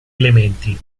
elementi